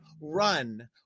run